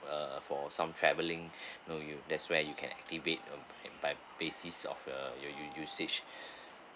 uh for some travelling you know you that's where you can activate uh by basis of uh your your usage